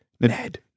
Ned